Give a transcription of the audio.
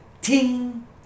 ting